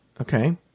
okay